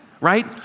right